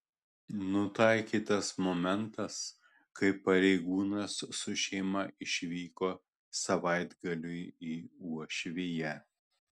nutaikytas momentas kai pareigūnas su šeima išvyko savaitgaliui į uošviją